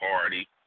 party